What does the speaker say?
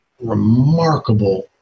remarkable